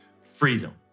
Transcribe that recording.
freedom